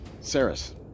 Saris